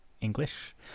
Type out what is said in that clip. English